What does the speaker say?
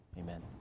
amen